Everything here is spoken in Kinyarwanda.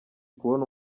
kubona